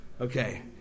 Okay